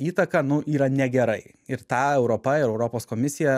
įtaką nu yra negerai ir tą europa ir europos komisija